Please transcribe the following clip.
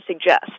suggest